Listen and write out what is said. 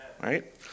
right